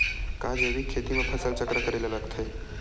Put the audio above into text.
का जैविक खेती म फसल चक्र करे ल लगथे?